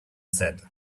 said